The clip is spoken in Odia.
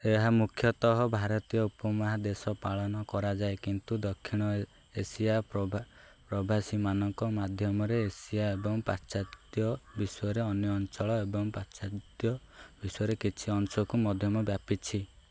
ଏହା ମୁଖ୍ୟତଃ ଭାରତୀୟ ଉପମହାଦେଶ ପାଳନ କରାଯାଏ କିନ୍ତୁ ଦକ୍ଷିଣ ଏସୀଆ ପ୍ରବାସୀମାନଙ୍କ ମାଧ୍ୟମରେ ଏସିଆ ଏବଂ ପାଶ୍ଚାତ୍ୟ ବିଶ୍ୱରେ ଅନ୍ୟ ଅଞ୍ଚଳ ଏବଂ ପାଶ୍ଚାତ୍ୟ ବିଶ୍ୱରେ କିଛି ଅଂଶକୁ ମଧ୍ୟମ ବ୍ୟାପିଛି